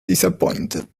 disappointed